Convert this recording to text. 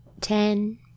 ten